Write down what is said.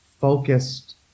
focused